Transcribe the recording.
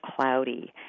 cloudy